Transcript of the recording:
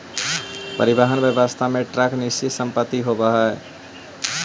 परिवहन व्यवसाय में ट्रक निश्चित संपत्ति होवऽ हई